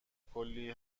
کلی